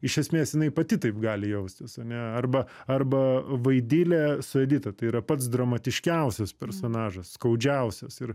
iš esmės jinai pati taip gali jaustis ane arba arba vaidilė su edita tai yra pats dramatiškiausias personažas skaudžiausias ir